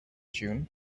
june